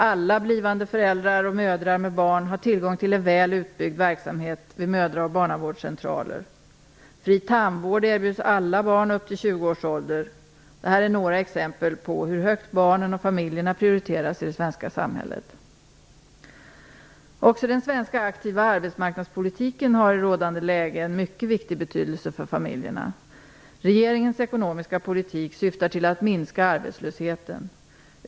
Alla blivande föräldrar och mödrar med barn har tillgång till en väl utbyggd verksamhet vid mödra och barnavårdscentraler. Fri tandvård erbjuds alla barn upp till 20 års ålder. Detta är några exempel på hur högt barnen och familjerna prioriteras i det svenska samhället. Också den svenska aktiva arbetsmarknadspolitiken har i rådande läge en mycket viktig betydelse för familjerna. Regeringens ekonomiska politik syftar till att minska arbetslösheten.